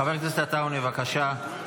חבר הכנסת עטאונה, בבקשה.